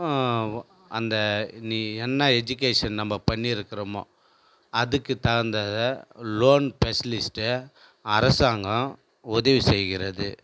அந்த நீ என்ன எஜுகேஷன் நம்ம பண்ணி இருக்கிறோமோ அதுக்கு தகுந்தத லோன் ஸ்பெஷலிஸ்கிட்ட அரசாங்கம் உதவி செய்கிறது